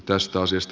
tästä lausunto